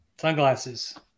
Sunglasses